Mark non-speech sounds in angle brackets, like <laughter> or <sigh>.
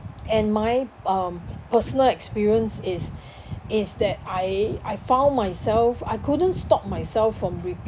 and my um personal experience is <breath> is that I I found myself I couldn't stop myself from repeating